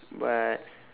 but